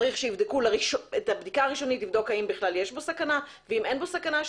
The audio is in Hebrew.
צריך שיבדקו את הבדיקה הראשונית אם יש בו סכנה ואם אין סכנה,